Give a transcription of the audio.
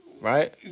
Right